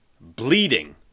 Bleeding